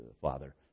Father